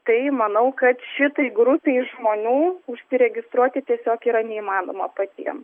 tai manau kad šitai grupei žmonių užsiregistruoti tiesiog yra neįmanoma patiem